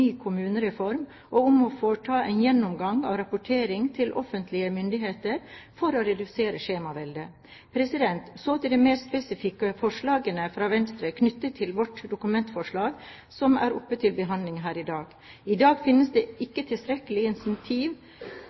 kommunereform og å foreta en gjennomgang av rapportering til offentlige myndigheter for å redusere skjemaveldet. Så til de mer spesifikke forslagene fra Venstre knyttet til vårt dokumentforslag som er oppe til behandling her i dag. I dag finnes det ikke tilstrekkelig